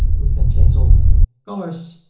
we can change all the colors.